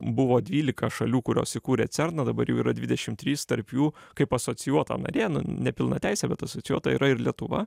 buvo dvylika šalių kurios įkūrė cerną dabar jų yra dvidešim trys tarp jų kaip asocijuota narė nu nepilnateisė bet asocijuota yra ir lietuva